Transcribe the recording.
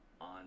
on